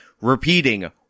repeating